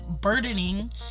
burdening